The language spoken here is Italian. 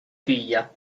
figlia